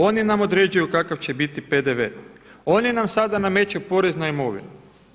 Oni nam određuju kakav će biti PDV-e, oni nam sada nameću porez na imovinu.